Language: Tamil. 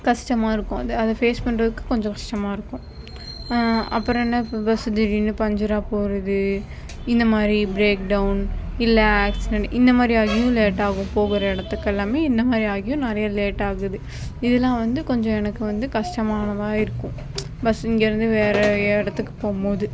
கஷ்டமாயிருக்கும் அத ஃபேஸ் பண்ணுறதுக்கு கொஞ்சம் கஷ்டமாயிருக்கும் அப்புறம் என்ன இப்போ பஸ் திடீர்னு பஞ்சராகி போவது இந்த மாதிரி பிரேக் டவுன் இல்லை ஆக்சிடெண்ட் இந்த மாதிரி ஆகியும் லேட்டாகும் போகிற இடத்துக்குலாமே இந்த மாதிரி ஆகியும் நிறையா லேட்டாகுது இதெல்லாம் வந்து கொஞ்சம் எனக்கு கஷ்டமானதாக இருக்கும் பஸ் இங்கேயிருந்து வேற இடத்துக்கு போகும்போது